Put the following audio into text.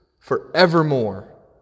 Forevermore